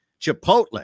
Chipotle